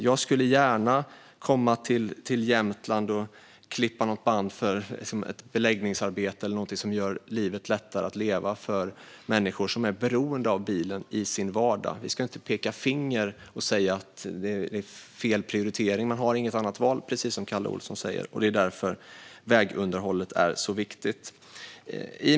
Jag skulle gärna komma till Jämtland och klippa något band för till exempel ett beläggningsarbete eller något som gör livet lättare för människor som är beroende av bilen i sin vardag. Vi ska inte peka finger och säga att det är fel prioritering. Man har inget annat val, precis som Kalle Olsson säger. Därför är vägunderhållet viktigt.